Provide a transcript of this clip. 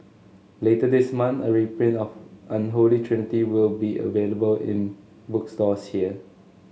later this month a reprint of Unholy Trinity will be available in bookstores here